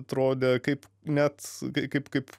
atrodė kaip net kaip kaip